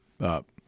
up